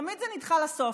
ותמיד זה נדחה לסוף,